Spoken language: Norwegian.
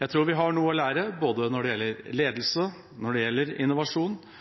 Jeg tror vi har noe å lære både når det gjelder ledelse, når det gjelder innovasjon,